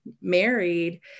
married